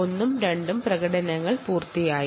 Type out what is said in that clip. ഒന്നും രണ്ടും ഡെമോകൾ പൂർത്തിയായി